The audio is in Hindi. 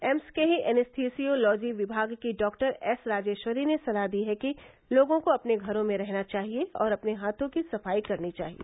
एम्स के ही एनेस्थिसियोलॉजी विभाग की डॉक्टर एस राजेश्वरी ने सलाह दी है कि लोगों को अपने घरों में रहना चाहिए और अपने हाथों की सफाई करनी चाहिए